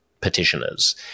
petitioners